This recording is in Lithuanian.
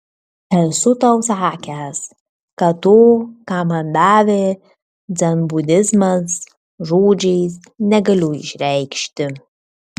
esu tau sakęs kad to ką man davė dzenbudizmas žodžiais negaliu išreikšti